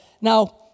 Now